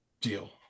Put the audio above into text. Deal